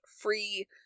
free